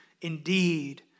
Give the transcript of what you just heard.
indeed